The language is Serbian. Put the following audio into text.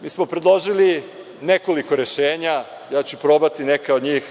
Mi smo predložili nekoliko rešenja, ja ću probati neka od njih